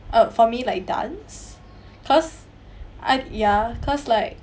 uh for me like dance cause I ya cause like